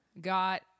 Got